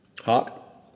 Hawk